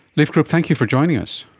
leif groop, thank you for joining us.